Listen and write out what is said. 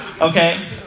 Okay